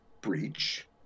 breach